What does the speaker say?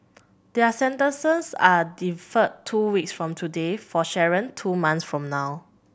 their sentences are deferred two weeks from today for Sharon two months from now